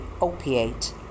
opiate